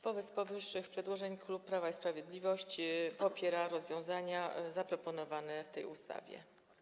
Wobec powyższych przedłożeń klub Prawo i Sprawiedliwość popiera rozwiązania zaproponowane w tej ustawie.